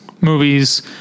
movies